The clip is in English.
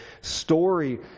story